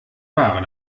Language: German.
ware